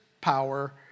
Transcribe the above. power